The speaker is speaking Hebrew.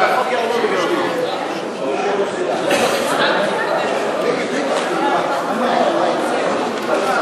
לדיון מוקדם בוועדה שתקבע ועדת הכנסת נתקבלה.